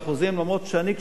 למרות שאני כשלעצמי,